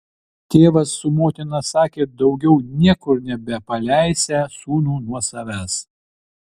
tėvas su motina sakė daugiau niekur nebepaleisią sūnų nuo savęs